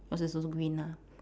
bus is also green ah